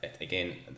again